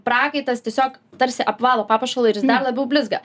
prakaitas tiesiog tarsi apvalo papuošalą ir dar labiau blizga